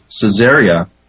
Caesarea